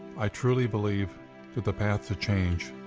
i truly believe that the path to change